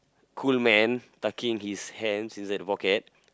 cool man tucking his hands inside the pocket